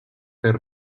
fer